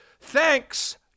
Thanks